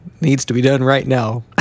needs-to-be-done-right-now